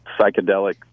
psychedelic